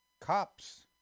cops